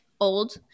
old